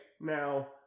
now